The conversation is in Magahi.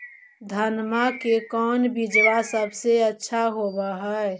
धनमा के कौन बिजबा सबसे अच्छा होव है?